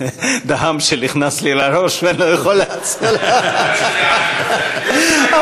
דהאמשה נכנס לי לראש ולא יכול לצאת, יש דמיון.